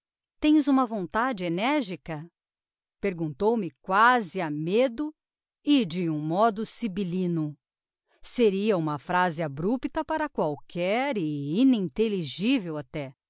tens uma vontade energica perguntou-me quasi a medo e de um modo sybillino seria uma phrase abrupta para qualquer e